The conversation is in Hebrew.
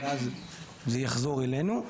ואז זה יחזור אלינו.